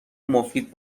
مفید